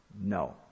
No